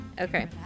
Okay